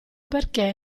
perché